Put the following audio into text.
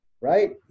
right